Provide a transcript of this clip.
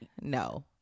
No